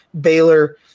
Baylor